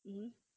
hmm